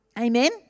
Amen